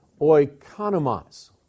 oikonomos